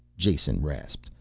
jason rasped,